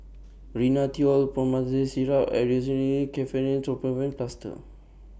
Rhinathiol Promethazine Syrup Aerius Ketoprofen Plaster